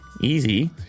Easy